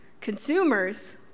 Consumers